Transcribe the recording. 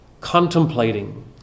contemplating